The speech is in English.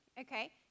okay